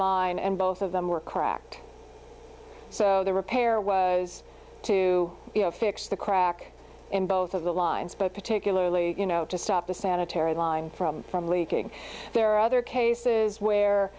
line and both of them were cracked so the repair was to fix the crack in both of the lines but particularly you know to stop the sanitary line from from leaking there are other cases where